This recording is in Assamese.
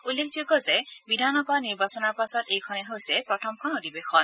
উল্লেখযোগ্য যে বিধানসভা নিৰ্বাচনৰ পাছত এইখনেই হৈছে প্ৰথমখন অধিৱেশন